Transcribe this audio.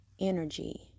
energy